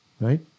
Right